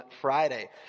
Friday